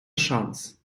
шанс